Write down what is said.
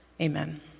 Amen